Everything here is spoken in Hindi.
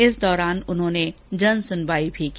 इस दौरान उन्होंने जन सुनवाई भी की